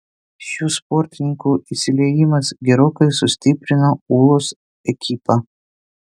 šių sportininkų įsiliejimas gerokai sustiprino ūlos ekipą